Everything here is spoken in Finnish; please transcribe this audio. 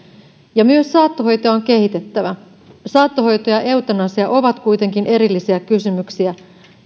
ja myös saattohoitoa on kehitettävä saattohoito ja eutanasia ovat kuitenkin erillisiä kysymyksiä